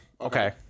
Okay